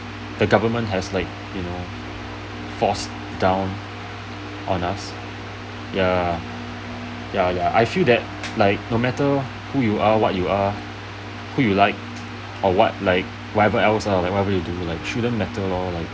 the government has like you know force down on us ya ya ya I feel that like no matter who you are what you are who you like or what like whatever else lah whatever you do like shouldn't matter lor like